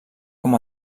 com